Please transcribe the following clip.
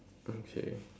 okay